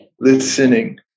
listening